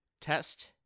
test